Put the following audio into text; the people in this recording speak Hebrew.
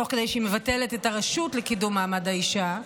תוך כדי שהיא מבטלת את הרשות לקידום מעמד האישה,